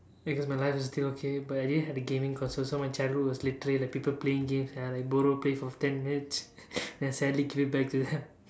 because my life was still okay but I didn't have a gaming console so my childhood was literally like people playing games and I like borrow play for ten minutes then I sadly give it back to them